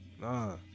Nah